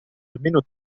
almeno